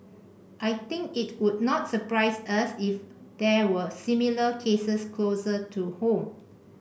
I think it would not surprise us if there were similar cases closer to home